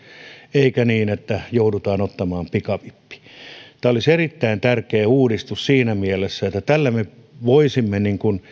eikä niin että joudutaan ottamaan pikavippi tämä olisi erittäin tärkeä uudistus siinä mielessä että tällä me voisimme